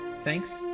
Thanks